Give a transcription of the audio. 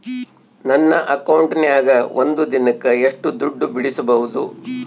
ನನ್ನ ಅಕೌಂಟಿನ್ಯಾಗ ಒಂದು ದಿನಕ್ಕ ಎಷ್ಟು ದುಡ್ಡು ಬಿಡಿಸಬಹುದು?